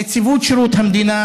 נציבות שירות המדינה